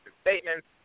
statements